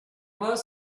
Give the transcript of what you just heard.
both